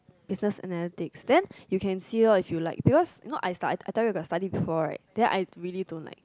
Business Analytic then you can see loh if you like because you know I I tell you I got study before right then I really don't like